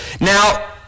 now